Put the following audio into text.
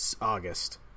August